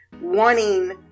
wanting